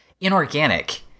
inorganic